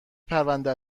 پرونده